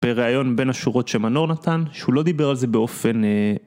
בריאיון בין השורות שמנור נתן, שהוא לא דיבר על זה באופן...